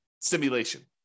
simulation